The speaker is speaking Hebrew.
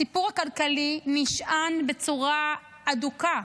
הסיפור הכלכלי נשען בצורה הדוקה